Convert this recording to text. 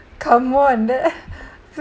come on th~